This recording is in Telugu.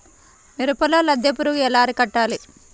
మిరపలో లద్దె పురుగు ఎలా అరికట్టాలి?